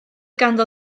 ganddo